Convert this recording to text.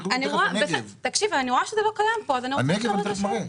אני רואה שזה לא קיים פה --- על הנגב אני תיכף מראה.